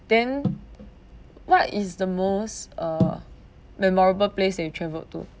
then what is the most uh memorable place that you travelled to